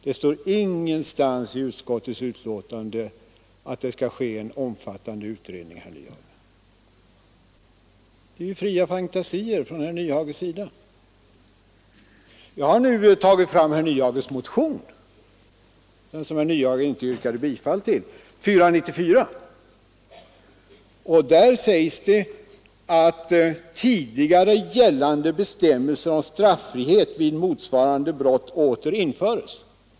Det står ingenstans i utskottets betänkande att det skall ske en omfattande utredning. Det är fria fantasier från herr Nyhages sida. Jag har tagit fram motionen 494 av herr Nyhage m.fl., som herr Nyhage inte har yrkat bifall till. Där hemställes att tidigare gällande bestämmelser om straffrihet vid motsvarande brott återinföres.